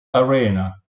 arena